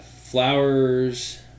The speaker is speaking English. flowers